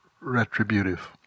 retributive